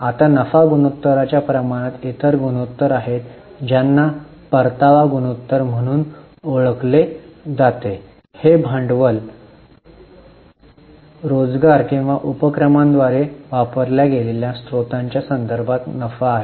आता नफा गुणोत्तराच्या प्रमाणात इतर गुणोत्तर आहेत ज्यांना परतावा गुणोत्तर म्हणून ओळखले जाते हे भांडवल रोजगार किंवा उपक्रमांद्वारे वापरल्या गेलेल्या स्त्रोतांच्या संदर्भात नफा आहे